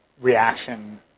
reaction